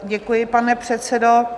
Děkuji, pane předsedo.